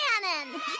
cannon